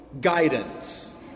guidance